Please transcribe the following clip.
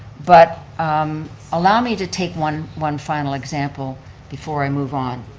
but allow me to take one one final example before i move on.